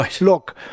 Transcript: look